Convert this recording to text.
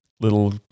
little